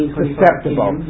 susceptible